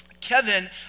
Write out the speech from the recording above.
Kevin